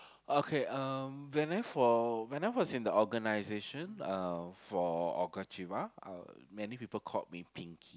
okay um when I for when I was in the organisation uh for uh many people called me pinky